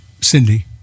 Cindy